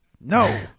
no